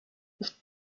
ich